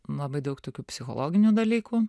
labai daug tokių psichologinių dalykų